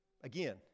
again